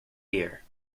ear